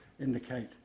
indicate